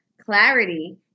clarity